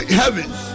heavens